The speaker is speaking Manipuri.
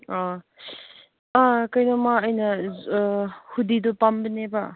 ꯑꯥ ꯑꯥ ꯀꯔꯤꯅꯣꯃ ꯑꯩꯅ ꯍꯨꯗꯤꯗꯨ ꯄꯥꯝꯕꯅꯦꯕ